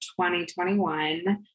2021